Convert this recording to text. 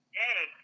hey